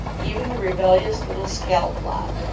even the rebellious little scalp lock,